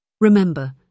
Remember